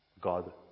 God